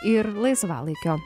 ir laisvalaikio